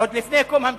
עוד לפני קום המדינה.